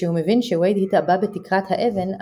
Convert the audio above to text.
כשהוא מבין שוייד התעבה בתקרת האבן,